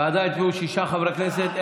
בעדה הצביעו שישה חברי כנסת,